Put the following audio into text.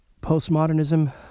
postmodernism